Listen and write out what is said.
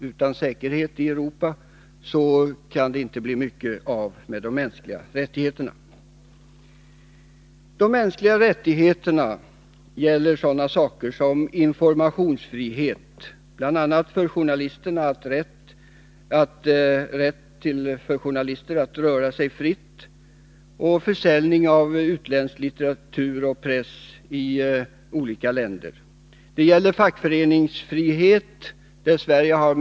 Utan säkerhet i Europa kan det inte heller bli mycket av de mänskliga rättigheterna. De mänskliga rättigheterna gäller sådana saker som informationsfrihet — bl.a. journalisternas rätt att röra sig fritt och försäljning av utländsk press i olika länder — fackföreningsfrihet och religionsfrihet.